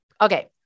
Okay